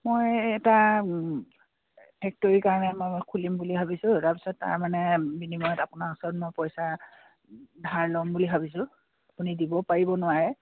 মই এটা ফেক্টৰীৰ কাৰণে মই খুলিম বুলি ভাবিছোঁ তাৰপিছত তাৰমানে বিনিময়ত আপোনাৰ ওচৰত মই পইচা ধাৰ ল'ম বুলি ভাবিছোঁ আপুনি দিব পাৰিব নোৱাৰে